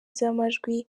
z’amajwi